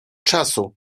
czasu